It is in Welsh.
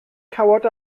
cawod